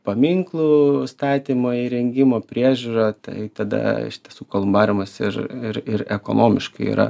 paminklų statymo įrengimo priežiūrą tai tada iš tiesų kolumbariumas ir ir irekonomiškai yra